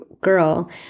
girl